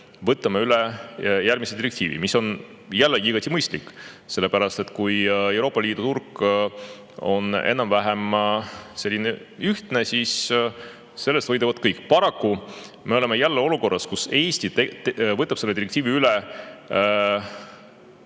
võtame üle järgmise direktiivi. See on jällegi igati mõistlik, sellepärast et kui Euroopa Liidu turg on enam-vähem selline ühtne, siis sellest võidavad kõik. Paraku me oleme jälle olukorras, kus Eesti võtab selle direktiivi üle